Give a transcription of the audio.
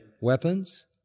weapons